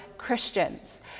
Christians